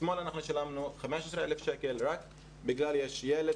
אתמול שילמנו 15,000 שקל רק בגלל שיש ילד